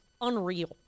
unreal